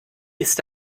ist